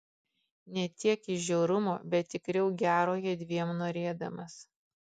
ne tiek iš žiaurumo bet tikriau gero jiedviem norėdamas